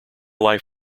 life